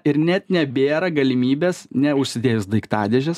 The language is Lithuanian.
ir net nebėra galimybės neužsidėjus daiktadėžės